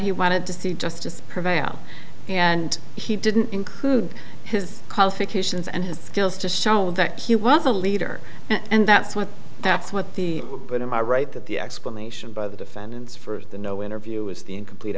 he wanted to see justice prevail and he didn't include his qualifications and his skills to show that he was a leader and that's what that's what the but am i right that the explanation by the defendants for the no interview was the incomplete